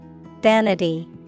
Vanity